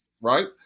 right